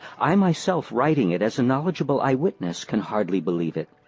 i myself writing it as a knowledgeable eyewitness can hardly believe it.